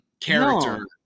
character